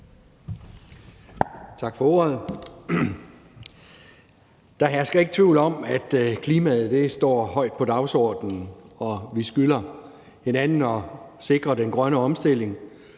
Tak for ordet. Der hersker ikke tvivl om, at klimaet står højt på dagsordenen, og vi skylder hinanden at sikre den grønne omstilling.